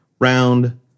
round